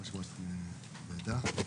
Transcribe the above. ליו"ר הוועדה.